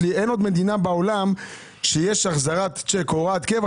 אין עוד מדינה בעולם שיש החזרת צ'ק או הוראת קבע,